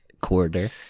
Quarter